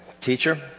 Teacher